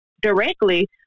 directly